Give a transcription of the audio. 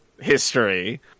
history